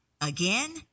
Again